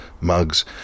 mugs